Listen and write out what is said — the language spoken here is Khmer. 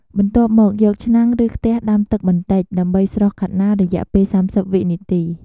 បន្ទាប់មក យកឆ្នាំងឬខ្ទះដាំទឹកបន្តិច ដើម្បីស្រុះខាត់ណារយៈពេល៣០វិនាទី។